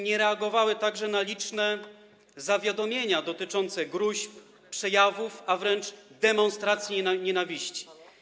Nie reagowały także na liczne zawiadomienia dotyczące gróźb, przejawów, a wręcz demonstracji nienawiści.